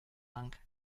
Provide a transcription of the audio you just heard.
lang